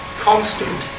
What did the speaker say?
constant